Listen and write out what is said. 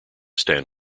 stan